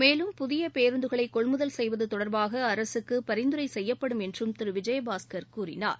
மேலும் புதிய பேருந்துகளை கொள்முதல் செய்வது தொடர்பாக அரசுக்கு பரிந்துரை செய்யப்படும் என்று திரு விஜயபாஸ்கர் கூறினார்